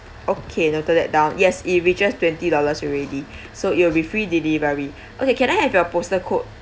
okay noted that down yes it reaches twenty dollars already so it will be free delivery okay can I have your postal code